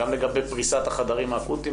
גם לגבי פריסת החדרים האקוטיים,